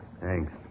Thanks